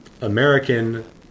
American